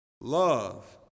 Love